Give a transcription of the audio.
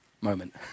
moment